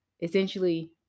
essentially